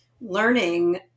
learning